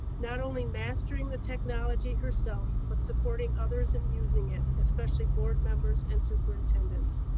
not only mastering the technology herself, but supporting others in using it, especially board members and superintendents,